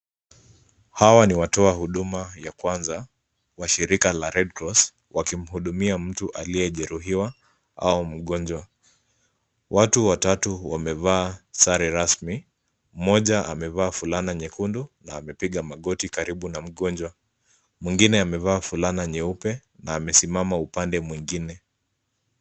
Hawa ni watoahuduma ya kwanza wa shirika la Red Cross, wakimhudumia mtu aliyejeruhiwa au mgonjwa. Watu watatu wamevaa sare rasmi. Mmoja amevaa fulana nyekundu na amepiga magoti karibu na mgonjwa. Mwingine amevaa fulana nyeupe na amesimama upande mwingine.